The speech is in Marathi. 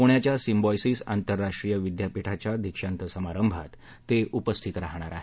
पुण्याच्या सिम्बायॉसिस आंतरराष्ट्रीय विद्यापीठाच्या दीक्षांत समारंभात ते उपस्थित राहतील